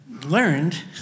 Learned